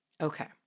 Okay